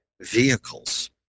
vehicles